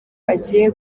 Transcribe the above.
agiye